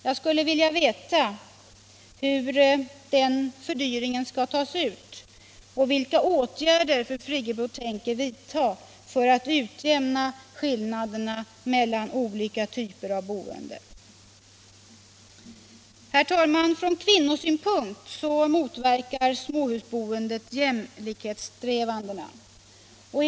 Jag skulle vilja veta hur den fördyringen skall tas ut och vilka åtgärder fru Friggebo tänker vidta för att utjämna skillnaderna mellan olika typer av boende. Herr talman! Från kvinnosynpunkt motverkar småhusboendet jämlikhetssträvandena.